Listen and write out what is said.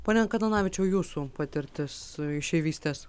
pone kananavičiau jūsų patirtis išeivystės